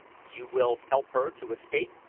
you will help her to escape?